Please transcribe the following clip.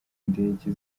indege